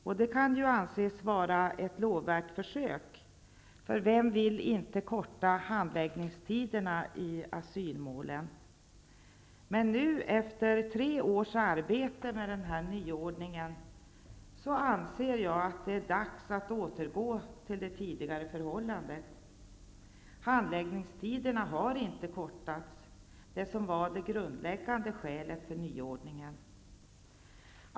Detta kan ju anses vara ett lovvärt försök, för vem vill inte korta handläggningstiderna i asylmålen? Men efter tre års arbete med nyordningen, anser jag att det är dags att återgå till det tidigare förhållandet. Handläggningstiderna har inte kortats, vilket var det grundläggande skälet för nyordningen.